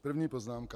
První poznámka.